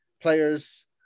players